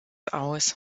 aus